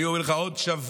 היו אומרים לך: עוד שבוע,